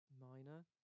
minor